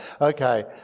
Okay